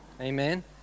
amen